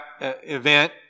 event